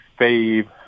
Fave